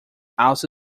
also